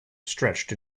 stretched